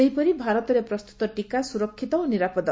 ସେହିପରି ଭାରତରେ ପ୍ରସ୍ତତ ଟିକା ସୁରକ୍ଷିତ ଓ ନିରାପଦ